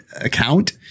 account